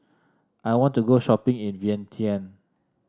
I want to go shopping in Vientiane